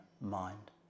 mind